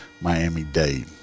Miami-Dade